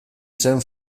zen